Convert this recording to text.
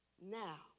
now